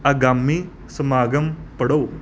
ਆਗਾਮੀ ਸਮਾਗਮ ਪੜ੍ਹੋ